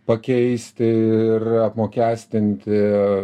pakeisti ir apmokestinti